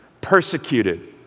persecuted